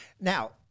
now